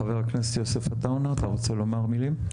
חבר הכנסת יוסף עטאונה, אתה רוצה לומר כמה מילים?